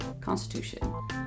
constitution